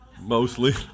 Mostly